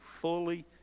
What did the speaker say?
fully